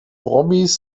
promis